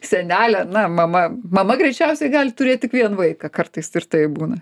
senelę na mama mama greičiausiai gali turėt tik vien vaiką kartais ir taip būna